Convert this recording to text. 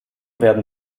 werden